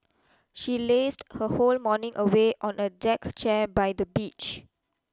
she lazed her whole morning away on a deck chair by the beach